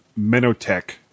Menotech